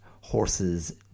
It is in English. horse's